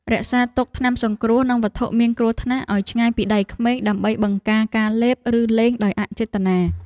រក្សាទុកថ្នាំសង្គ្រោះនិងវត្ថុមានគ្រោះថ្នាក់ឱ្យឆ្ងាយពីដៃក្មេងដើម្បីបង្ការការលេបឬលេងដោយអចេតនា។